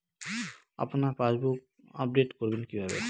আপনার passbook update করবেন কিভাবে?